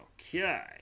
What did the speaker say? Okay